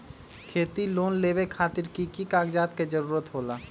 खेती लोन लेबे खातिर की की कागजात के जरूरत होला?